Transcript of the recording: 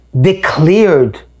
declared